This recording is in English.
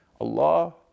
Allah